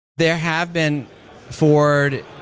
there have been ford,